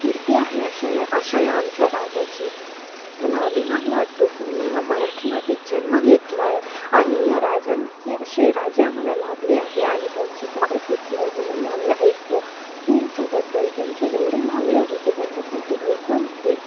कीर्ती आहे अशा या अशा या आमच्या राजाची मला अभिमान वाटतो की मी मराठी मातीत जन्म घेतलाय आणि या राजान हे असे राजे आम्हाला लाभले आहे आनि त्यांची कारकीर्ती अजूनही आम्ही ऐकतो त्याच्याबद्दल ज्यांचे जेवढे मावळे होते त्यांच्यासाठी एकदम एक